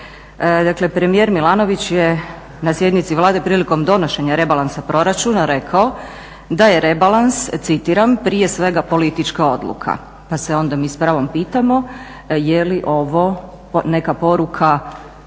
Dakle premijer Milanović je na sjednici Vlade prilikom donošenja rebalansa proračuna rekao da je rebalans, citiram, prije svega politička odluka pa se onda mi s pravom pitamo je li ovo neka poruka za